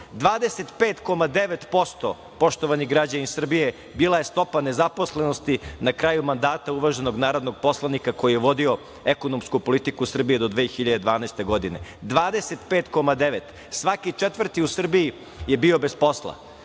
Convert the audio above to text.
finansijama. Poštovani građani Srbije 25,9% bila je stopa nezaposlenosti na kraju mandata uvaženog narodnog poslanika koji je vodio ekonomsku politiku Srbije do 2012. godine, 25,9%. Svaki četvrti u Srbiji je bio bez posla.Sećate